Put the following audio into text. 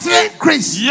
increase